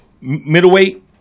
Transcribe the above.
middleweight